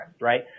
right